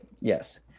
yes